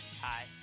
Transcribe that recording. Hi